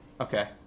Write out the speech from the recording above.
Okay